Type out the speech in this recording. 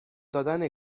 دادن